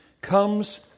comes